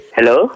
Hello